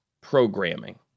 programming